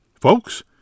Folks